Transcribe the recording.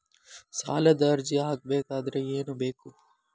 ಸಾಲದ ಅರ್ಜಿ ಹಾಕಬೇಕಾದರೆ ಏನು ಬೇಕು?